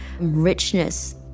richness